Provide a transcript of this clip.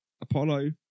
Apollo